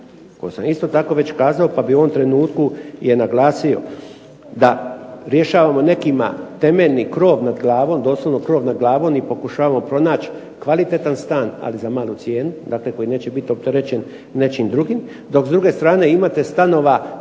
to sam isto tako već kazao pa bi u ovom trenutku je naglasio, da rješavamo nekima temeljni krov nad glavom, doslovno krov nad glavom i pokušavamo pronaći kvalitetan stan ali za malu cijenu, dakle koji neće bit opterećen nečim drugim, dok s druge strane imate stanova